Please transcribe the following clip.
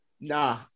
Nah